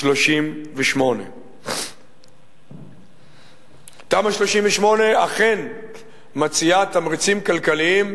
38. תמ"א 38 אכן מציעה תמריצים כלכליים חשובים,